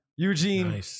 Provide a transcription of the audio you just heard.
Eugene